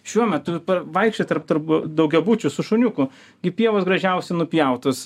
šiuo metu pavaikščiot tarp tarp daugiabučių su šuniuku gi pievos gražiausiai nupjautos